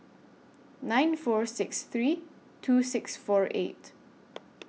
nine four six three two six four eight